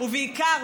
ובעיקר,